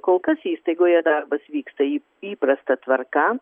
kol kas įstaigoje darbas vyksta įp įprasta tvarka